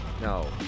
No